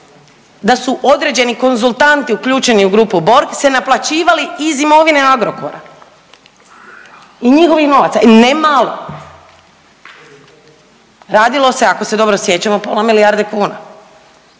da su određeni konzultanti uključeni u grupu Borg se naplaćivali iz imovine Agrokora i njihovih novaca i ne malo, radilo se ako se dobro sjećamo o pola milijarde kuna,